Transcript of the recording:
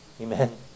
Amen